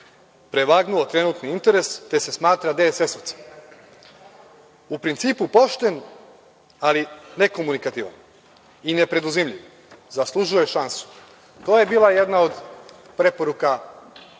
prevagnuo trenutni interes, te se smatra DSS-ovcem. U principu pošten, ali nekomunikativan i nepreduzimljiv, zaslužuje šansu. To je bila jedna od preporuka